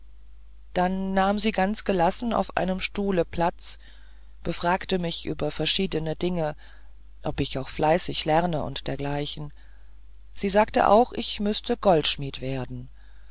dann nahm sie ganz gelassen auf einem stuhle platz befragte mich über verschiedene dinge ob ich auch fleißig lerne und dergleichen sie sagte auch ich müßte goldschmied werden